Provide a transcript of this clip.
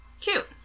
Cute